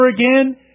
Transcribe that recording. again